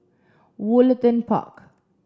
Woollerton Park